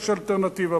יש אלטרנטיבה.